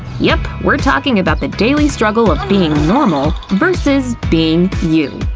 yep, we're talking about the daily struggle of being normal versus being you.